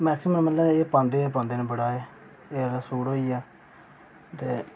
maximum मतलब एह् पांदे गै पांदे न बड़ा एह् फिर सूट होई गेआ ते